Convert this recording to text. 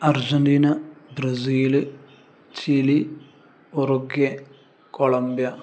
Argentina Brazil Chile Uruguay Colombia